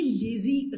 lazy